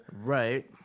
Right